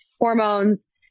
hormones